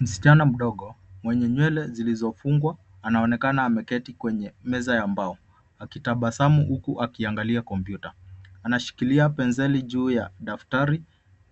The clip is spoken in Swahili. Msichana mdogo, mwenye nywele zilizofungwa, anaonekana ameketi kwenye meza ya mbao. Akitabasamu huku akiangalia kompyuta. Anashikilia penseli juu ya daftari